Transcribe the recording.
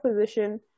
position